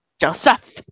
joseph